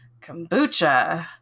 kombucha